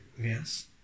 Yes